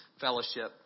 fellowship